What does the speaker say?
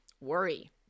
worry